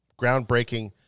groundbreaking